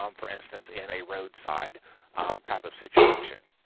um for instance, in a roadside type of situation.